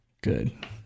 Good